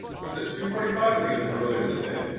was it two forty five? i think it's earlier in the day.